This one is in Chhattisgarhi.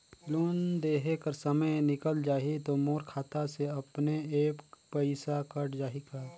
लोन देहे कर समय निकल जाही तो मोर खाता से अपने एप्प पइसा कट जाही का?